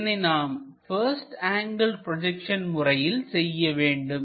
இதனை நாம் first angle projection முறையில் செய்ய வேண்டும்